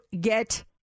get